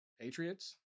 patriots